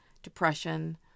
Depression